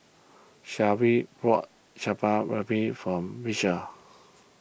Sharee bought Chaat Papri from Beecher